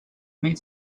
meet